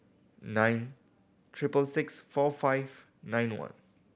nine triple six four five nine one